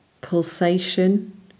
pulsation